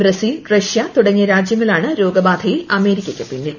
Brazil കൃഷ്യ തുടങ്ങിയ രാജ്യങ്ങളാണ് രോഗബാധയിൽ അമേരിക്ക്യ്ക്ക് പിന്നിൽ